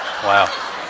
Wow